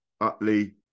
Utley